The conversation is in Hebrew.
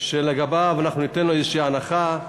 אנחנו ניתן לו איזושהי הנחה,